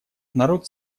народ